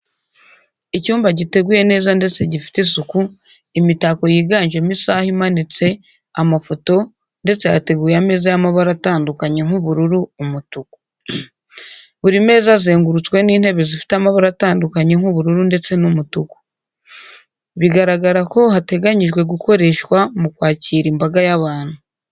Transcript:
Icyumba giteguye neza ndetse gifite isuku, imitako yiganjemo isaha imanitse, amafoto, ndetse hateguye ameza y'amabara atandukanye nk'ubururu, umutuku. Buri meza azegurutswe n'intebe zifite amabara atandukanye nk'ubururu ndetse n'umutuku. Bigaragara ko hateganyijwe gukoreshwa mu kwakira imbaga y'abantu.